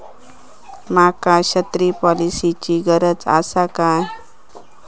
माका छत्री पॉलिसिची गरज आसा काय?